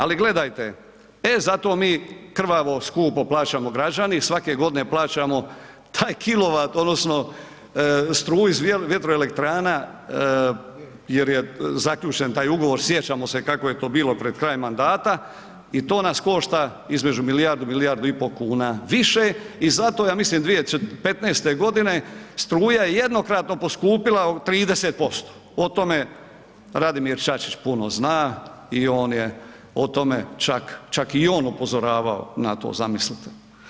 Ali gledajte, e zato mi krvavo skupo plaćamo građani, svake godine plaćamo taj kilovat odnosno struju iz vjetroelektrana jer je zaključen taj ugovor, sjećamo se kako je to bilo pred kraj mandata i to nas košta između milijardu, milijardu i pol kuna više i zato ja mislim 2015. g. struja je jednokratno poskupila 30%, o tome Radimir Čačić puno zna i on je o tome čak i on upozoravao na to, zamislite.